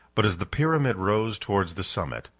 but as the pyramid rose towards the summit,